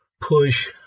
push